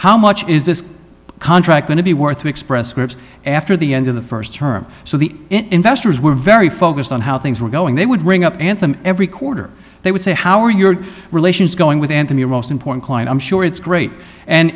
how much is this contract going to be worth to express scripts after the end of the first term so the investors were very focused on how things were going they would ring up anthem every quarter they would say how are your relations going with and then your most important client i'm sure it's great and